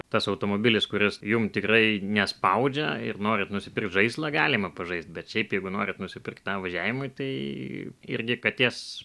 tas automobilis kuris jum tikrai nespaudžia ir norit nusipirkt žaislą galima pažaist bet šiaip jeigu norit nusipirkt na važiavimui tai irgi katės